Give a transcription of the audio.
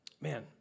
Man